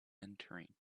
entering